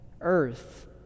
earth